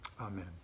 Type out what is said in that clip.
Amen